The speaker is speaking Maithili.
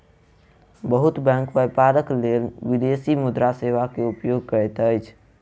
बहुत बैंक व्यापारक लेल विदेशी मुद्रा सेवा के उपयोग करैत अछि